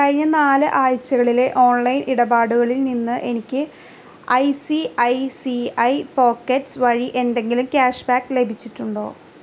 കഴിഞ്ഞ നാല് ആഴ്ചകളിലെ ഓൺലൈൻ ഇടപാടുകളിൽ നിന്ന് എനിക്ക് I C I C I pockets വഴി എന്തെങ്കിലും ക്യാഷ് ബാക്ക് ലഭിച്ചിട്ടുണ്ടോ